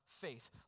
faith